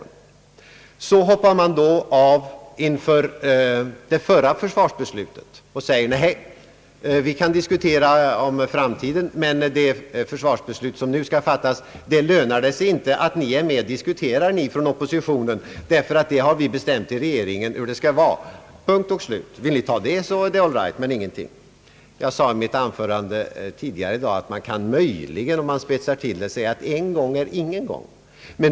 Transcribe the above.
Men så hoppar man då av inför det förra försvarsbeslutet och säger: Nej, vi kan diskutera om framtiden, men det försvarsbeslut för nästa budgetår som nu skall fattas lönar det sig inte att ni från oppositionen är med och diskuterar, ty vi har bestämt i regeringen hur det skall vara. Punkt och slut, Vill ni godta beslutet är det all right! Jag sade i mitt anförande tidigare i dag, att man möjligen, om man spetsar till det, kan säga att en gång är ingen gång.